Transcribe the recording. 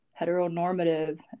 heteronormative